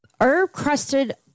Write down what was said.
herb-crusted